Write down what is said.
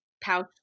pouch